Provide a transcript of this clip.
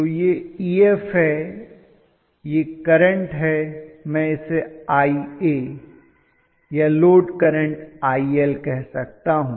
तो यह Ef है और यह करंट है मैं इसे Ia या लोड करंट IL कह सकता हूं